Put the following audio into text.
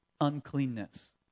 uncleanness